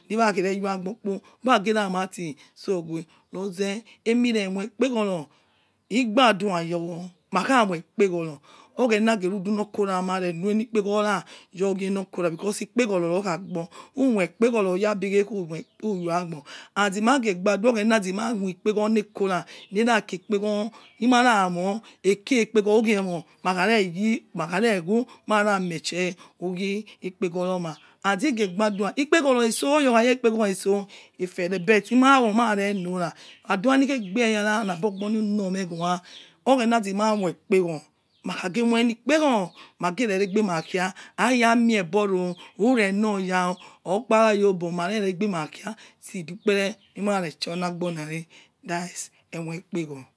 Ni wa khereyor agbor kpo wa garamati sioqui roze emi re moi ikpegoro igadua yor wor makha moi ikpegoror oghene geh rudu nor kora because ikpegoro rokha gbor umoi ikpeghoror oyabi ghe umoipe oya abor and mageh gbadua oghena zima mki ikegoro ne kora ne ra ki kpegor ni mara mor eki ikpegor ugie emo makha re yi makha re whu mara mietche ugie ikpeghoro mah and he geh gbadua ikpeghoro etso oya okha ye ikpeghoror etso oya okha ye ikpeghoro etso efere but imawo marenora aduanikhegbe eyara nabor ogbor nunor meh wa oghena zema moi ikpegor makhe moi eni ikpegor magere regbe ma kia aya mie borrowa ureno yao okparaya obor mare re egbe ma kia ti ukpere nura re ti oni agbor nara that is emoi ikpegor.